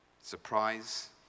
surprise